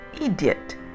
Idiot